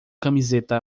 camiseta